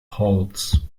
holds